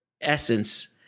essence